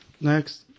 next